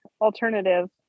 alternative